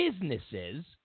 businesses